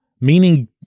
meaning